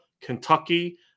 Kentucky